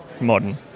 modern